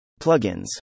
Plugins